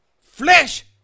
flesh